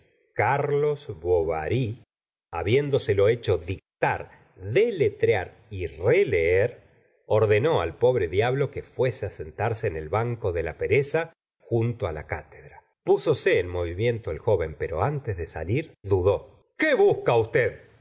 carlos bovary habiéndoselo hecho dictar deletrear y releer ordenó al pbre diablo que fuese it sentarse en el banco de la pereza junto á la cátedra pásose en movimiento el joven pero antes de salir dudó qué busca usted